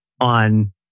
on